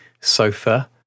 sofa